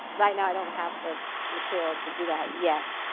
right now i don't have the material to do that yet.